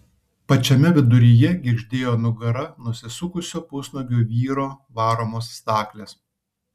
pačiame viduryje girgždėjo nugara nusisukusio pusnuogio vyro varomos staklės